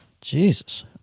Jesus